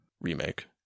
remake